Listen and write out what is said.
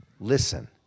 listen